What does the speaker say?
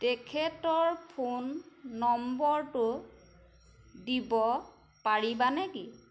তেখেতৰ ফোন নম্বৰটো দিব পাৰিবা নেকি